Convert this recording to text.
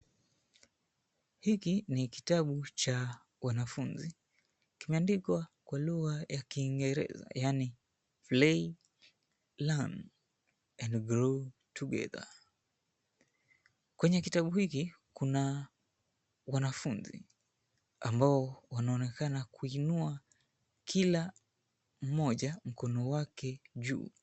Hiki ni kitabu cha wanafunzi. Kimeandikwa kwa lugha ya kiingereza yani play, learn and grow together. Kwenye kitabu hiki kuna wanafunzi ambao wanaonekana kuinua Kila mmoja mkono wake juu.